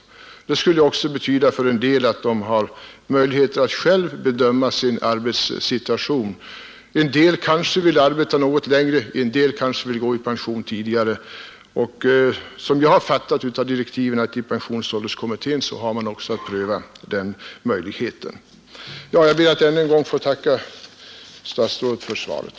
Det skulle också betyda att människor fick möjligheter att själva bedöma sin arbetssituation. En del kanske vill arbeta något längre, en del kanske vill gå i pension tidigare. Som jag har fattat direktiven till pensionsålderskommittén har den också att pröva den möjligheten. Jag ber ännu en gång att få tacka statsrådet för svaret.